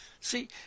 See